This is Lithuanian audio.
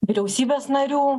vyriausybės narių